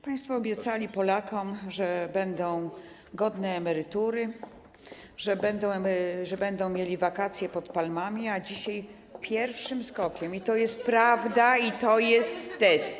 Państwo obiecali Polakom, że będą godne emerytury, że będą mieli wakacje pod palmami, a dzisiaj pierwszym skokiem, i to jest prawda, i to jest test.